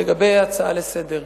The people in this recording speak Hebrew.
לגבי ההצעה לסדר-היום,